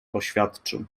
oświadczył